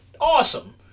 awesome